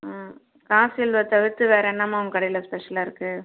ஆ காசி அல்வா தவிர்த்து வேறு என்னம்மா உங்கள் கடையில் ஸ்பெஷலாக இருக்குது